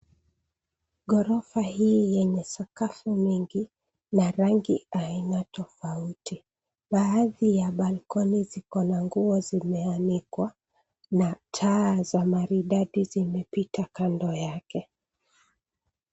Ghorofa hii yenye sakafu mingi na rangi aina tofauti. Baadhi ya balkoni ziko na nguo zimeanikwa na taa za maridadi zimepita kando yake.